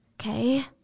Okay